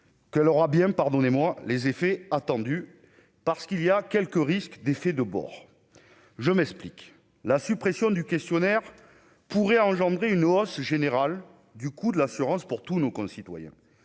que le roi bien pardonnez-moi les effets attendus parce qu'il y a quelques risques d'effets de bord je m'explique : la suppression du questionnaire pourrait engendrer une hausse générale du coût de l'assurance pour tous nos concitoyens,